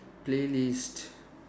playlist